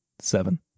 Seven